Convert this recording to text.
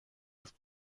have